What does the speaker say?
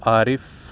عارف